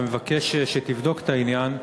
ומבקש שתבדוק את העניין,